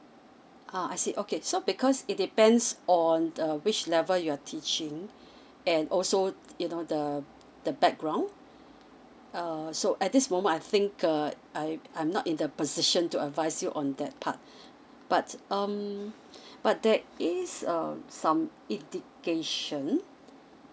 uh I see okay so because it depends on err which level you're teaching and also you know the the background err so at this moment I think err I I'm not in the position to advise you on that part but um but there is um some indication